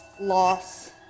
loss